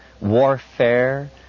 warfare